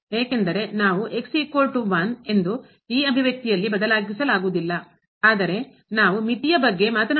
ಏಕೆಂದರೆ ನಾವು ಎಂದು ಈ ಅಭಿವ್ಯಕ್ತಿಯಲ್ಲಿ ಬದಲಿಸಲಾಗುವುದಿಲ್ಲ ಆದರೆ ನಾವು ಮಿತಿಯ ಬಗ್ಗೆ ಮಾತನಾಡಬಹುದು